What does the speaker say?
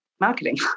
marketing